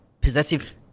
Possessive